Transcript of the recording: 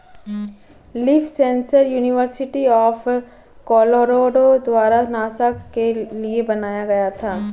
leaf sensor university of Colorado द्वारा NASA के लिए बनाया गया था